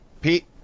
Pete